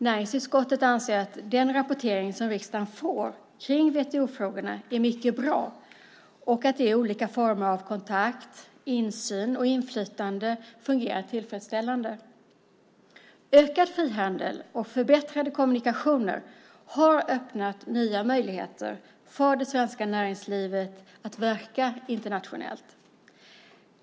Näringsutskottet anser att den rapportering som riksdagen får kring WTO-frågorna är mycket bra och att de olika formerna av kontakt, insyn och inflytande fungerar tillfredsställande. Ökad frihandel och förbättrade kommunikationer har öppnat nya möjligheter för det svenska näringslivet att verka internationellt.